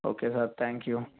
okay sir thank you